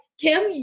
Kim